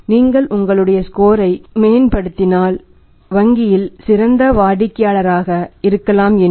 நீங்கள் உங்களுடைய ஸ்கோரை மேம்படுத்தினால் வங்கியில் சிறந்த வாடிக்கையாளராக இருக்கலாம் என்று